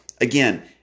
Again